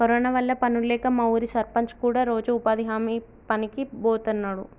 corona వల్ల పనుల్లేక మా ఊరి సర్పంచ్ కూడా రోజూ ఉపాధి హామీ పనికి బోతన్నాడు